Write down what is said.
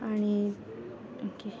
आणि ओके